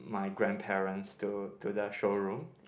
my grandparents to to the showroom